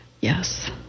yes